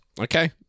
Okay